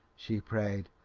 she prayed.